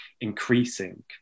increasing